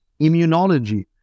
immunology